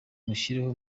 mushyireho